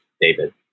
David